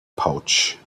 pouch